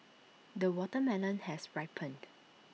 the watermelon has ripened